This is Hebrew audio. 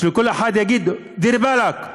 שכל אחד יגיד: דיר באלכ,